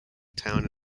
town